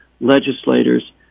legislators